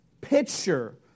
picture